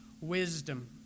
wisdom